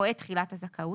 מועד תחילת הזכאות),